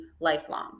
lifelong